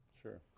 Sure